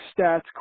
stats